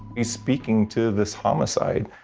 he's speaking to this homicide,